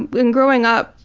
and and growing up,